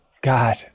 God